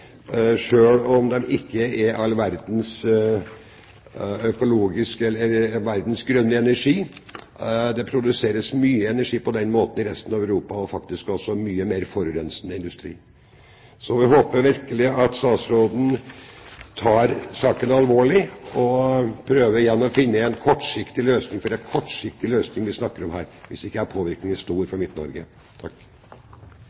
om den energien ikke er all verdens grønn. Det produseres mye energi på den måten i resten av Europa – og det er faktisk også mye mer forurensende industri der. Vi håper virkelig at statsråden tar saken alvorlig og igjen prøver å finne en kortsiktig løsning, for det er en kortsiktig løsning vi snakker om her – hvis ikke er påvirkningen stor